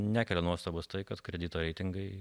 nekelia nuostabos tai kad kredito reitingai